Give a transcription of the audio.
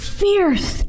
fierce